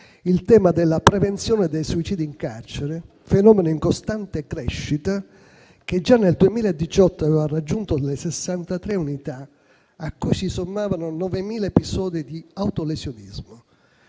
il tema della prevenzione dei suicidi in carcere, fenomeno in costante crescita, che già nel 2018 aveva raggiunto le 63 unità, a cui si sommavano 9.000 episodi di autolesionismo.